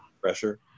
Pressure